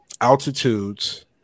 altitudes